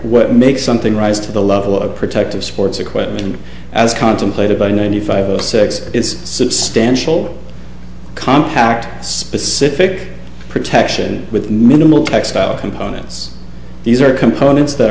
what makes something rise to the level of protective sports equipment as contemplated by ninety five six is substantial contact specific protection with minimal textile components these are components that